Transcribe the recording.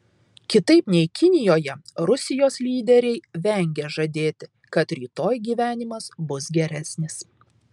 kitaip nei kinijoje rusijos lyderiai vengia žadėti kad rytoj gyvenimas bus geresnis